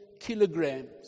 kilograms